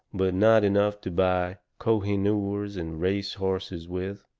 but not enough to buy kohinoors and race-horses with.